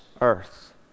earth